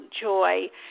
joy